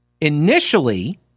initially